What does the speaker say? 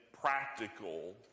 practical